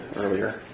earlier